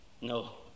No